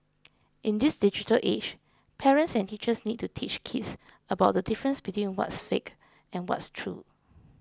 in this digital age parents and teachers need to teach kids about the difference between what's fake and what's true